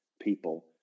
people